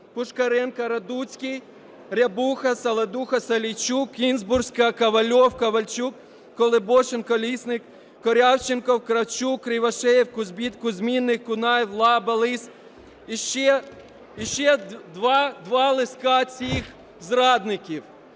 Пушкаренко, Радуцький, Рябуха, Саладуха, Салійчук, Кінзбурська, Ковальов, Ковальчук, Колебошин, Колісник, Корявченков, Кравчук, Кривошеєв, Кузбит, Кузьміних, Кунаєв, Лаба, Лис… І ще два листка цих зрадників.